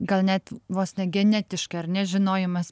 gal net vos ne genetiškai ar ne žinojimas